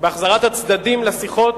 בהחזרת הצדדים לשיחות,